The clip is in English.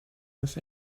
this